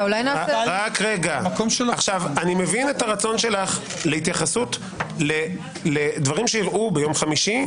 אני מבין את הרצון שלך להתייחסות לדברים שאירעו ביום חמישי,